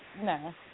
no